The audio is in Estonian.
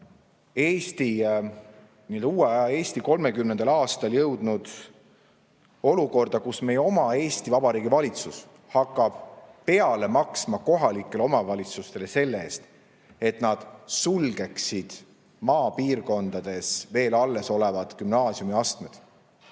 Eesti, uue aja Eesti 30. aastal jõudnud olukorda, kus meie oma Eesti Vabariigi valitsus hakkab peale maksma kohalikele omavalitsustele selle eest, et need sulgeksid maapiirkondades veel alles olevad gümnaasiumiastmed.